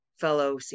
fellow